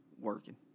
working